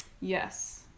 Yes